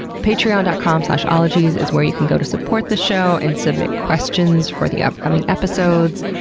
patreon dot com slash ologies is where you can go to support the show and submit questions for the upcoming episodes.